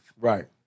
right